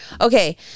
Okay